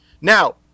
Now